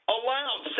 Allowed